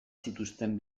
zituzten